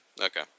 Okay